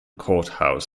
courthouse